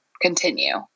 continue